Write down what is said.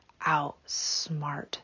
outsmart